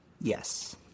yes